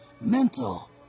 mental